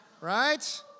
Right